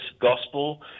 gospel